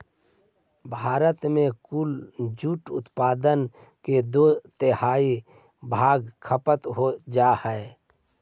भारत में कुल जूट उत्पादन के दो तिहाई भाग खपत हो जा हइ